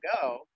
go